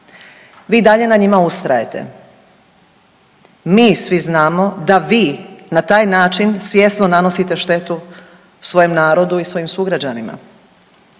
i dalje na njima ustrajete. Mi svi znamo da vi na taj način svjesno nanosite štetu svojem narodu i svojim sugrađanima,